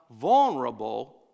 vulnerable